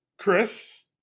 Chris